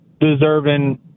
deserving